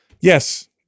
yes